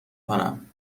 کنم